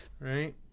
right